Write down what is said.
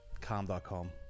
calm.com